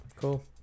Cool